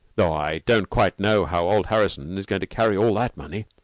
tho i don't quite know how old harrison is going to carry all that money.